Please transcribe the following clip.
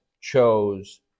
chose